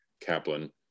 Kaplan